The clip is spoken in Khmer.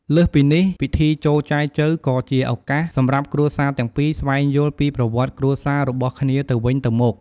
លើសពីនេះ ពិធីចូលចែចូវក៏ជាឱកាសសម្រាប់គ្រួសារទាំងពីរ ស្វែងយល់ពីប្រវត្តិគ្រួសារ របស់គ្នាទៅវិញទៅមក។